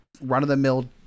run-of-the-mill